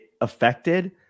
affected